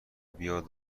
بیاد